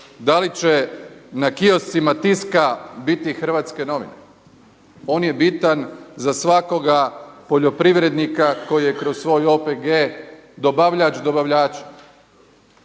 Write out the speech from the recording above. Da li će na kioscima Tiska biti hrvatske novine? On je bitan za svakoga poljoprivrednika koji je kroz svoj OPG dobavljač dobavljača.